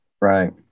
Right